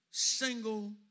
Single